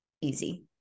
easy